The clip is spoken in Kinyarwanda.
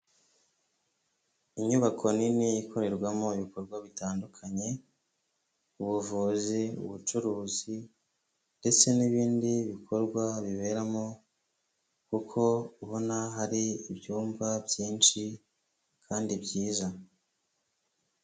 Inyubako nini ikorerwamo ibikorwa bitandukanye, ubuvuzi, ubucuruzi ndetse n'ibindi bikorwa biberamo, kuko ubona hari ibyumba byinshi kandi byiza.